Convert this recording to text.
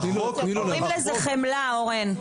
קוראים לזה חמלה, אורן.